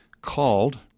Called